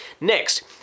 Next